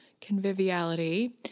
conviviality